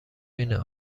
بینه